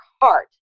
heart